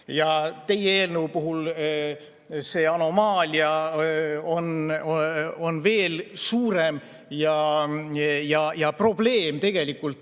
Ja teie eelnõu puhul on see anomaalia veel suurem ja probleem tegelikult